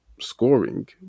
scoring